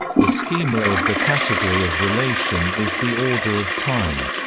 the schema of the category of relation is the order of time.